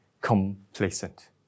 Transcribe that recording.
complacent